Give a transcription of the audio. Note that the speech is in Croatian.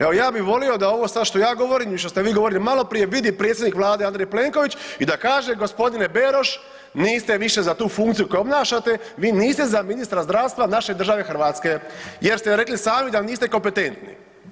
Evo ja bi volio da ovo sad šta ja govorim i što ste vi govorili maloprije vidi predsjednik vlade Andrej Plenković i da kaže g. Beroš niste više za tu funkciju koju obnašate, vi niste za ministra zdravstva naše države Hrvatske jer ste rekli sami da niste kompetentni.